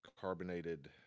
carbonated